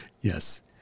Yes